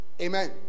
amen